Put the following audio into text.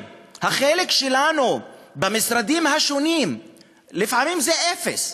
החלק שלנו במשרדים השונים לפעמים הוא אפס,